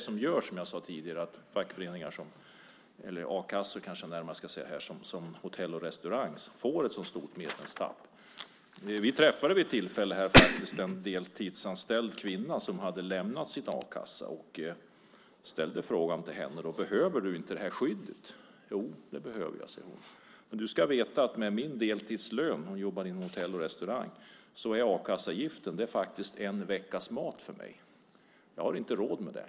Som jag sade tidigare är det därför a-kassor som Hotell och restaurangs får ett så stort medlemstapp. Vi träffade vid ett tillfälle en deltidsanställd kvinna som hade lämnat sin a-kassa och frågade henne: Behöver du inte det här skyddet? Jo, det behöver jag, sade hon. Men du ska veta att med min deltidslön - hon jobbar inom hotell och restaurang - är a-kasseavgiften en veckas mat för mig. Jag har inte råd med det.